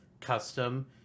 custom